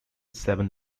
seven